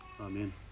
amen